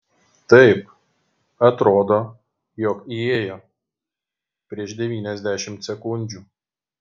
taip atrodo jog įėjo prieš devyniasdešimt sekundžių